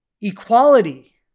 Equality